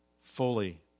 fully